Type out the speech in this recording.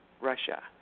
Russia